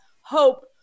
Hope